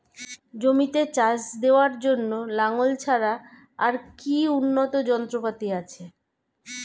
জমিতে চাষ দেওয়ার জন্য লাঙ্গল ছাড়া আর কি উন্নত যন্ত্রপাতি আছে?